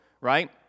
right